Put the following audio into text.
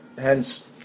Hence